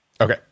okay